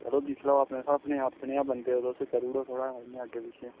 चलो दिक्खी लैओ अपने स्हाबै नै अपने गै बंदे ओ तुस करी ओड़ो थोह्ड़ा इ'यां अग्गें पिच्छें